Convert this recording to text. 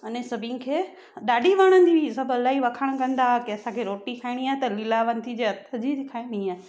अने सभिनि खे ॾाढी वणंदी हुई सभु इलाही वखाण कंदा हुआ कि असांखे रोटी खाइणी आहे त लीलावंती जे हथ जी खाइणी आहे